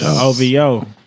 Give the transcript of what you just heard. OVO